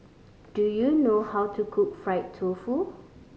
do you know how to cook fried tofu